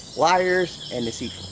liars and deceits.